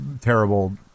terrible